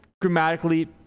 grammatically